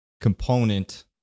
component